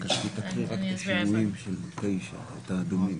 רק בארצות הברית